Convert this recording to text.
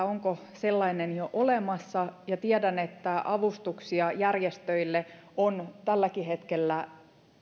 onko sellainen jo olemassa ja tiedän että avustuksia järjestöille tälläkin hetkellä